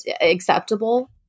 acceptable